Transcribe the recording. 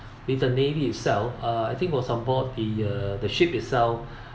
with the navy itself uh I think was on board the uh the ship itself